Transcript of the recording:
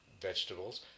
vegetables